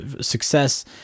success